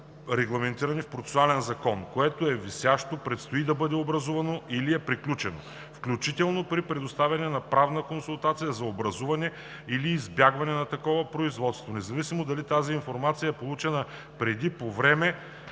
регламентирано в процесуален закон, което е висящо, предстои да бъде образувано или е приключило, включително при предоставяне на правна консултация за образуване или избягване на такова производство, независимо дали тази информация е получена преди, по време